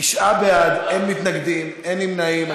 תשעה בעד, אין מתנגדים, אין נמנעים.